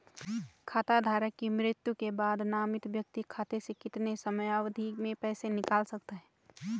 खाता धारक की मृत्यु के बाद नामित व्यक्ति खाते से कितने समयावधि में पैसे निकाल सकता है?